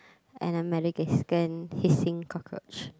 and a Madagascan hissing cockroach